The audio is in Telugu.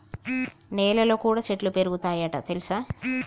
నెలల్లో కూడా చెట్లు పెరుగుతయ్ అంట తెల్సా